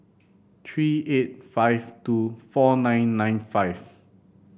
three eight five two four nine nine five